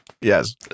Yes